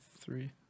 three